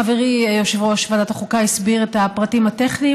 חברי יושב-ראש ועדת החוקה הסביר את הפרטים הטכניים.